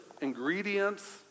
ingredients